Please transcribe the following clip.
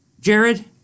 Jared